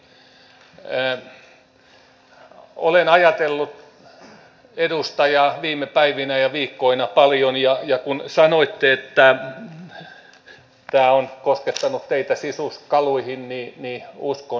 olen ajatellut edustajaa viime päivinä ja viikkoina paljon ja kun sanoitte että tämä on koskettanut teitä sisuskaluihin niin uskon sen